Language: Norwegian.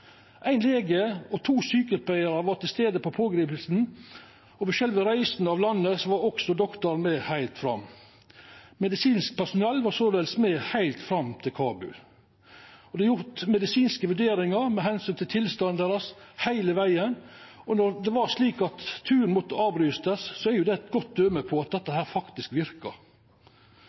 Ein lege og to sjukepleiarar var til stades ved pågripinga, og ved sjølve reisa frå landet var også dokteren med heilt fram. Medisinsk personell var såleis med heilt fram til Kabul. Det vart gjort medisinske vurderingar med omsyn til tilstanden deira heile vegen, og når det var slik at turen måtte avbrytast, er det eit godt døme på at dette faktisk verkar.